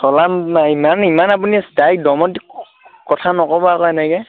চলাম নে ইমান ইমান আপুনি দমত কথা নক'ব আৰু এনেকে